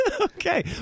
Okay